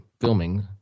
filming